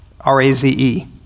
R-A-Z-E